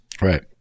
Right